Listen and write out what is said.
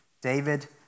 David